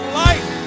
life